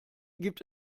gibt